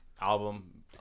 album